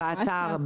באתר,